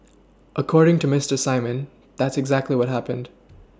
according to Mister Simon that's exactly what happened